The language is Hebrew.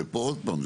ועוד פעם,